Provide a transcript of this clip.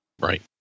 Right